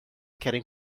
querem